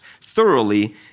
thoroughly